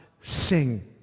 sing